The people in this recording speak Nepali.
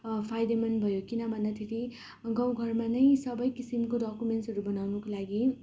फाइदेमन्द भयो किन भन्दाखेरि गाउँघरमा नै सबै किसिमको डोक्युमेन्ट्सहरू बनाउनुको लागि